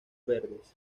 verdes